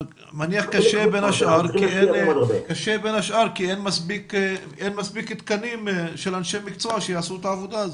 קשה בין השאר כי אין מספיק תקנים של אנשי מקצוע שיעשו את העבודה הזו.